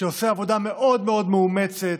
שעושה עבודה מאוד מאוד מאומצת.